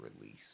release